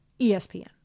ESPN